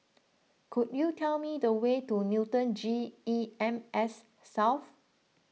could you tell me the way to Newton G E M S South